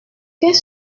qu’est